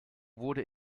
wurde